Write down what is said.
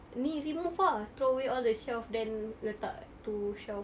ni remove ah throw away all the shelves then letak two shelves